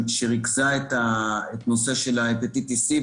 שריכזה את הנושא של ההפטיטיס C,